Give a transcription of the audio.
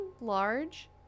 large